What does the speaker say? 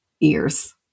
ears